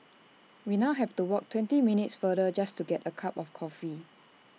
we now have to walk twenty minutes farther just to get A cup of coffee